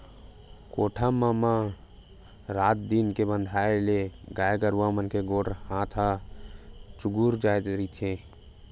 कोठा म म रात दिन के बंधाए ले गाय गरुवा मन के गोड़ हात ह चूगूर जाय रहिथे